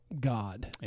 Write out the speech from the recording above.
god